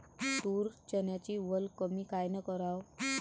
तूर, चन्याची वल कमी कायनं कराव?